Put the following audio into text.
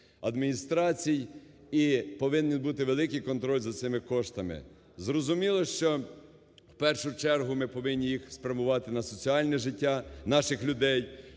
адміністрацій, і повинний бути великий контроль за цими коштами. Зрозуміло, що в першу чергу ми повинні їх спрямувати на соціальне життя наших людей,